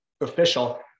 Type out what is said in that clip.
official